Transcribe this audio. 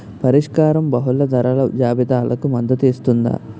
పరిష్కారం బహుళ ధరల జాబితాలకు మద్దతు ఇస్తుందా?